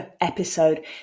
episode